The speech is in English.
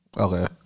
Okay